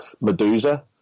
Medusa